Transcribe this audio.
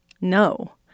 no